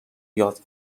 یاد